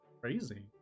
crazy